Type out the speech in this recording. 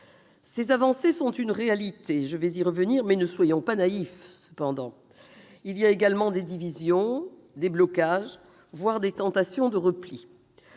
Ces avancées sont une réalité- je vais y revenir -, mais ne soyons pas naïfs : il y a également des divisions et des blocages, voire des tentations de repli.